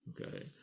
okay